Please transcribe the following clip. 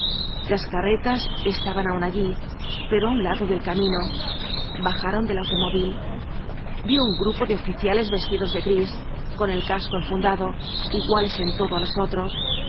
las carretas estaban aún allí pero á un lado del camino bajaron del automóvil vio un grupo de oficiales vestidos de gris con el casco enfundado iguales en todo á los otros